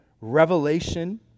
revelation